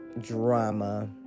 drama